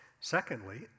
Secondly